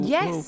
Yes